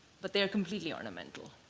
but they're completely ornamental.